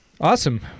awesome